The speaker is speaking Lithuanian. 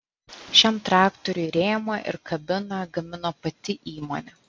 šiam traktoriui rėmą ir kabiną gamino pati įmonė